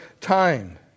time